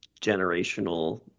generational